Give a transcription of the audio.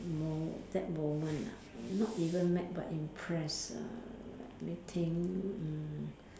mo~ that moment ah not even mad but impressed uh let me think mm